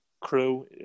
crew